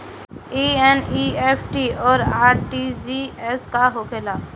ई एन.ई.एफ.टी और आर.टी.जी.एस का होखे ला?